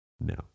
No